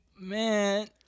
Man